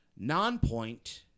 Nonpoint